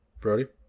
Brody